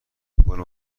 برو